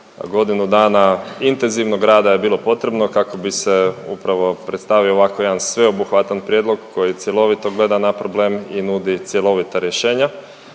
Godinu dana intenzivnog rada je bilo potrebno kako bi se upravo predstavio ovako jedan sveobuhvatan prijedlog koji cjelovito gleda na problem i nudi cjelovita rješenja.